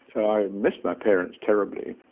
i missed my parents terribly,